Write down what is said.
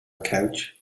couch